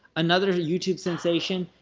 another youtube sensation,